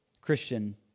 Christian